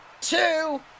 two